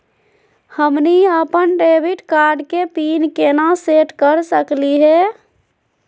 हमनी अपन debit card के पीन केना सेट कर सकली हे?